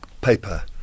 paper